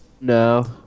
no